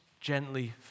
gently